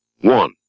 One